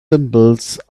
symbols